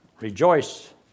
Rejoice